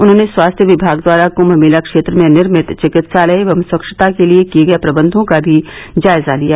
उन्होंने स्वास्थ्य विभाग द्वारा कुंभ मेला क्षेत्र में निर्मित चिकित्सालय एवं स्वच्छता के लिए किये गये प्रबंधों का भी जायजा लिया